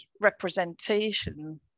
representation